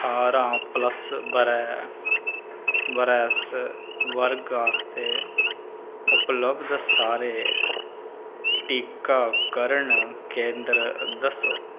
ठारां प्लस ब'रे बरेस वर्ग आस्तै उपलब्ध सारे टीकाकरण केंदर दस्सो